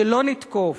שלא נתקוף.